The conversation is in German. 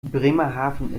bremerhaven